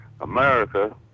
America